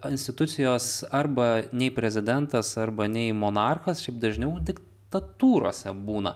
institucijos arba nei prezidentas arba nei monarchas šiaip dažniau diktatūrose būna